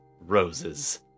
roses